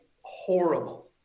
horrible